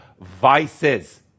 vices